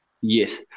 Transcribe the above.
Yes